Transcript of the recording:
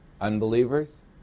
Unbelievers